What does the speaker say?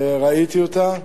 ראיתי אותה.